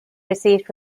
received